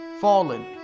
fallen